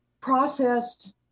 processed